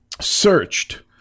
searched